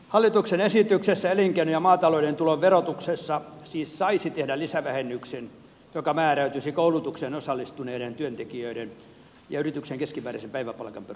hallituksen esityksessä elinkeino ja maatalouden tulon verotuksessa siis saisi tehdä lisävähennyksen joka määräytyisi koulutukseen osallistuneiden työntekijöiden ja yrityksen keskimääräisen päiväpalkan perusteella